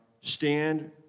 stand